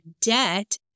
debt